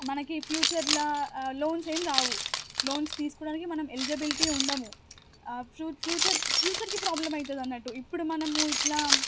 మనకి ఫ్యూచర్లో లోన్స్ ఏం రావు లోన్స్ తీసుకోవడానికి మనం ఎలిజబిల్టీ ఉండము ఫ్రూట్ ఫ్యూచర్ ఫ్యూచర్కి ప్రాబ్లం అవుతుంది అన్నట్టు ఇప్పుడు మనము ఇలా